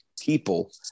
people